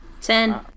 Ten